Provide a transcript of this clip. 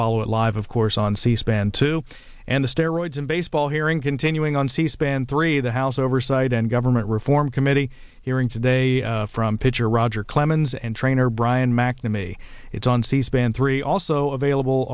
follow it live of course on c span two and the steroids in baseball hearing continuing on c span three the house oversight and government reform committee hearing today from pitcher roger clemens and trainer brian mcnamee it's on c span three also available